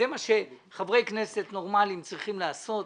זה מה שחברי כנסת נורמליים צריכים לעשות,